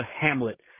Hamlet